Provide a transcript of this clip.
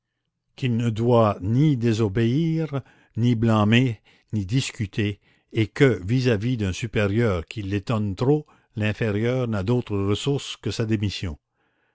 qu'il ne doit ni désobéir ni blâmer ni discuter et que vis-à-vis d'un supérieur qui l'étonne trop l'inférieur n'a d'autre ressource que sa démission